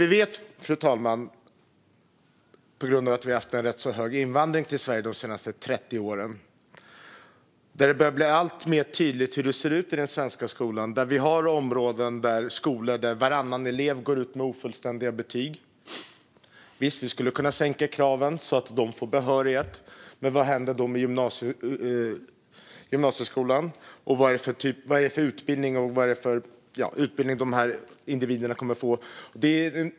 Vi har haft en ganska stor invandring till Sverige de senaste 30 åren, fru talman, och det blir alltmer tydligt hur det ser ut i den svenska skolan. Vi har skolor där varannan elev går ut med ofullständiga betyg. Vi skulle kunna sänka kraven så att de får behörighet, men vad händer då med gymnasieskolan? Vad är det för utbildning dessa individer kommer att få?